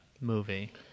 movie